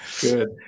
Good